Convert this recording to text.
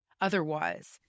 otherwise